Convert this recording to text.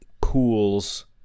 pools